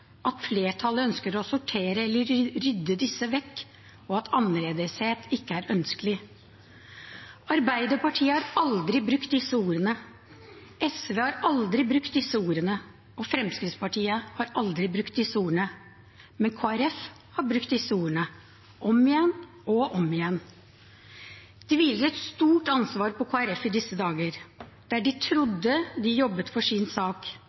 at flertallet ønsker å sortere eller rydde disse vekk, og at annerledeshet ikke er ønskelig. Arbeiderpartiet har aldri brukt disse ordene, SV har aldri brukt disse ordene, og Fremskrittspartiet har aldri brukt disse ordene. Men Kristelig Folkeparti har brukt disse ordene – om igjen og om igjen. Det hviler et stort ansvar på Kristelig Folkeparti i disse dager. Der de trodde de jobbet for sin sak,